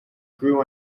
grew